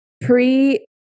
pre